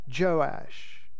joash